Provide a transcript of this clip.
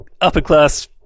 upper-class